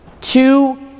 Two